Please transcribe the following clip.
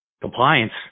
Compliance